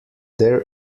their